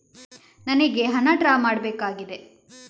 ನನಿಗೆ ಹಣ ಡ್ರಾ ಮಾಡ್ಬೇಕಾಗಿದೆ